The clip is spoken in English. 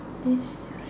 this